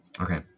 Okay